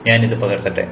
ഞാൻ ഇത് പകർത്തട്ടെ